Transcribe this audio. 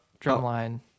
drumline